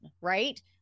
right